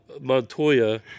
Montoya